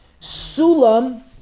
Sulam